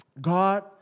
God